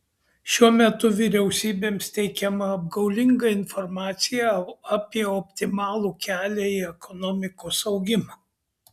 šiuo metu vyriausybėms teikiama apgaulinga informacija apie optimalų kelią į ekonomikos augimą